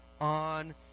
on